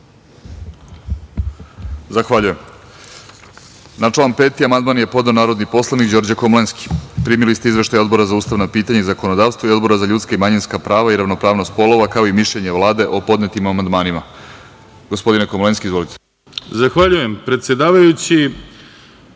Zahvaljujem. Na član 5. amandman je podneo narodni poslanik Đorđe Komlenski. Primili ste izveštaje Odbora za ustavna pitanja i zakonodavstvo i Odbora za ljudska i manjinska prava i ravnopravnost polova, kao i mišljenje Vlade o podnetim amandmanima. Gospodine Komlenski, izvolite. **Đorđe Komlenski**